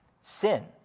Sin